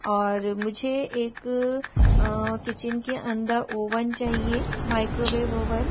और मुझे एक किचन के अंदर ओवन चाहिए माइक्रोवेव ओवन